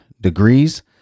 degrees